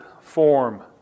form